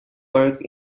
work